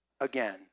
again